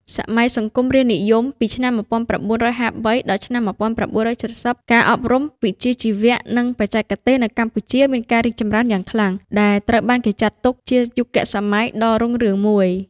សម័យសង្គមរាស្ត្រនិយម ពីឆ្នាំ ១៩៥៣ ដល់ឆ្នាំ ១៩៧០ ការអប់រំវិជ្ជាជីវៈ និងបច្ចេកទេសនៅកម្ពុជាមានការរីកចម្រើនយ៉ាងខ្លាំង ដែលត្រូវបានគេចាត់ទុកជាយុគសម័យដ៏រុងរឿងមួយ។